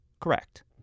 correct